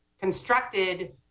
constructed